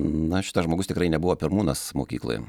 na šitas žmogus tikrai nebuvo pirmūnas mokykloj